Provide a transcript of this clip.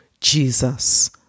Jesus